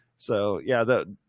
so yeah, the,